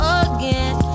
again